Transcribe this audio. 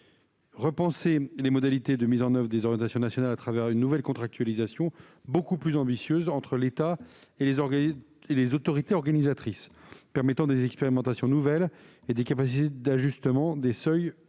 repenser les modalités de mise en oeuvre des orientations nationales à travers une nouvelle contractualisation beaucoup plus ambitieuse entre l'État et les autorités organisatrices, permettant des expérimentations nouvelles et des capacités d'ajustement des seuils ou